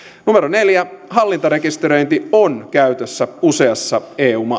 neljä hallintarekisteröinti on käytössä useassa